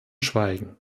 schweigen